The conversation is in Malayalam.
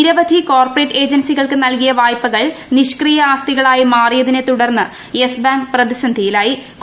നിരവധി കോർപ്പറേറ്റ് ഏജൻസികൾക്ക് നൽകിയ വായ്പകൾ നിഷ്ക്രീയ ആസ്തികളായി മാറിയതിനെ തുടർന്നാണ് യെസ് ബാങ്ക് പ്രതിസന്ധിയിലായത്